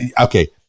Okay